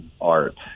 art